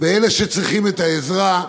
באלה שצריכים את העזרה.